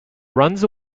runs